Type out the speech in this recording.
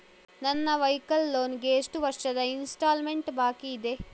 ನನ್ನ vehicle loan ಗೆ ಎಷ್ಟು ವರ್ಷದ ಇನ್ಸ್ಟಾಲ್ಮೆಂಟ್ ಬಾಕಿ ಇದೆ?